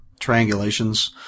triangulations